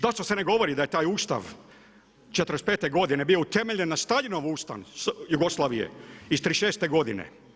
Zašto se ne govori da je taj Ustav '45. godine bio utemeljen na Staljinovom ustavu Jugoslavije, iz '36. godine.